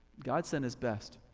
god sent his best.